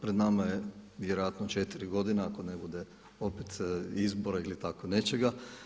Pred nama je vjerojatno četiri godine ako ne bude opet izbora ili tako nečega.